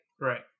Right